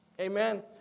Amen